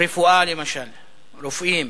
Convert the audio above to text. רפואה, למשל, רופאים,